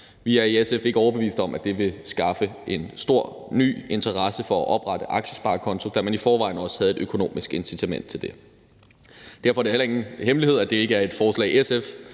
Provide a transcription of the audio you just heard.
Vi er i SF ikke overbevist om, at det vil skaffe en stor ny interesse for at oprette en aktiesparekonto, da man i forvejen også havde et økonomisk incitament til det. Derfor er det heller ikke nogen hemmelighed, at det ikke er et forslag, SF